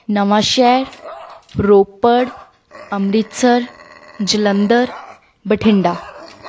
Nawanshahr Ropar Amritsar Jalandhar Bathinda